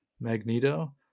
Magneto